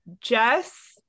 Jess